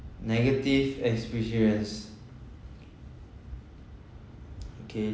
negative experience okay